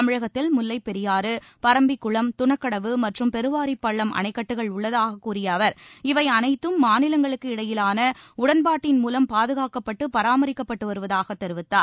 தமிழகத்தில் முல்லைப்பெரியாறு பரம்பிக்குளம் துணக்கடவு மற்றும் பெருவாரிப்பள்ளம் அணைக்கட்டுகள் உள்ளதாகக் கூறிய அவர் இவை அனைத்தும் மாநிலங்களுக்கு இடையேயான உடன்பாட்டின் மூலம் பாதுகாக்கப்பட்டு பராமரிக்கப்பட்டு வருவதாகத் தெரிவித்தார்